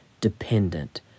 dependent